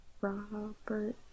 robert